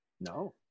No